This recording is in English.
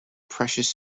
precious